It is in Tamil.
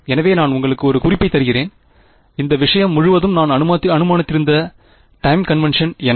எனவே நான் உங்களுக்கு ஒரு குறிப்பைத் தருகிறேன் இந்த விஷயம் முழுவதும் நான் அனுமானித்திருந்த டைம் கன்வென்சன் என்ன